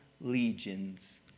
legions